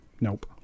Nope